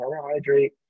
carbohydrate